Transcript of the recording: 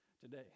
today